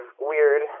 weird